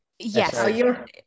yes